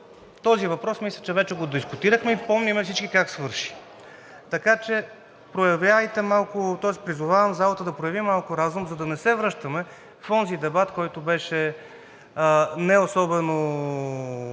Този въпрос, мисля, че вече го дискутирахме и помним всички как свърши. Призовавам залата да прояви малко разум, за да не се връщаме в онзи дебат, който беше не особено